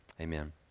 Amen